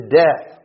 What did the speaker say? death